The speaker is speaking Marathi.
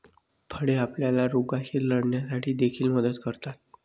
फळे आपल्याला रोगांशी लढण्यासाठी देखील मदत करतात